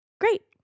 Great